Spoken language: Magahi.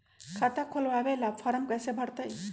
खाता खोलबाबे ला फरम कैसे भरतई?